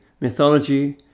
mythology